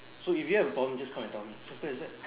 so if you have a problem just come and tell me simple as that